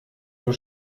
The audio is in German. für